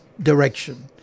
direction